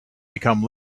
become